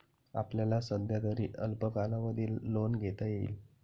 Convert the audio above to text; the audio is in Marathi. आपल्याला सध्यातरी अल्प कालावधी लोन घेता येईल